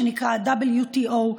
WTO,